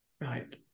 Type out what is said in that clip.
Right